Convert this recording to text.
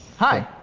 hi!